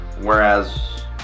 Whereas